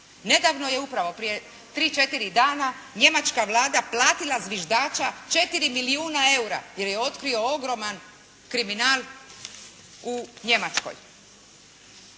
Nedavno je upravo prije tri, četiri dana njemačka Vlada platila zviždača 4 milijuna eura, jer je otkrio ogroman kriminal u Njemačkoj.